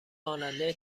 خواننده